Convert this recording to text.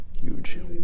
Huge